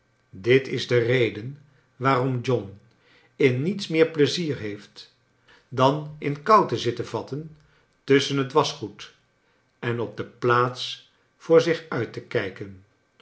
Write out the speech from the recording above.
dit is de reden waarom john in niets meer plezier heeft dan in k'ou te zitten vatten tusschen het waschgoed en op de plaats voor zich uit te kijken